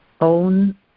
own